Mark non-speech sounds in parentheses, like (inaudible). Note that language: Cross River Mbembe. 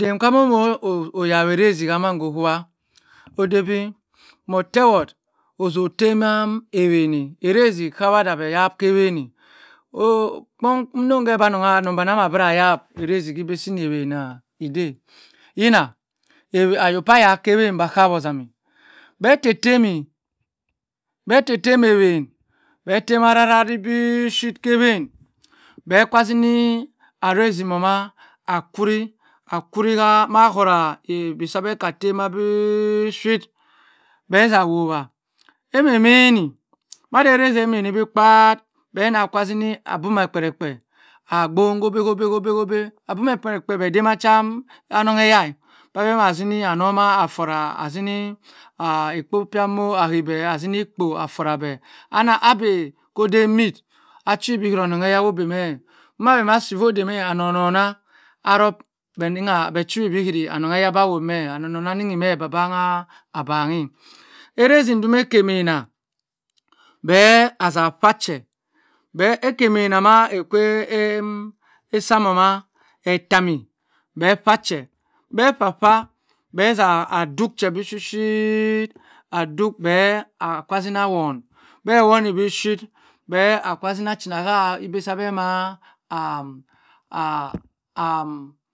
Den kwa moh oh gawera zi amang owoha odey bi moh teword ozoh tema ewenh eh erazi ochawadad beh yab eweneh oh kpon nongo beh boh anong amah gaw arezi ibèh iki main ah eden yina ayo ka yawh kawen aka wo zam eh beh teh teh mi beh teh teh ewen beh termah arara bi bi shit kawen beh kah zini arezi moma akwuri ha mah ho ra igbe asah beh nah temah bi shit beh zah wowa eneh maini maza erezi emeni bi kpa beh nah kah zini abuma kperekpe abong hobe hobe hobe abuma kperekpe beh day macha anongheya kah beh ma zini anomah aforah azini ekpo kahmo ahey beh azini ikpo aforah beh abeh kody need achi bi ononghe ya oh bey meh marivasi obey dey meh annononna arub beh chiwi bi anongheyah awame aronohon ani meh abangha abaneh erezi dumah ekeh maina beh azah pha che ekeh maina mah eseh amomoma etermi beh pha che beh pha pha beh za duhk phe bi shi shi adoh beh akah zinah wone beh woh woni bi shi beh akwon zina clinah ha ha ibeh. (hesitation)